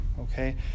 Okay